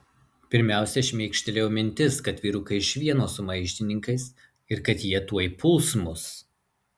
pirmiausia šmėkštelėjo mintis kad vyrukai iš vieno su maištininkais ir kad jie tuoj puls mus